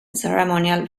ceremonial